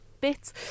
bits